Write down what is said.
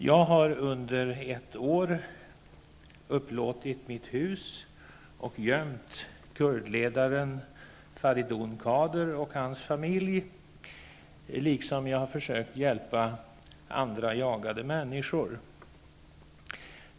Jag har under ett år upplåtit mitt hus och gömt kurdledaren Faraidoon Kaader och hans familj, likaså har jag försökt hjälpa andra jagade människor.